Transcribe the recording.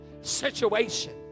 situation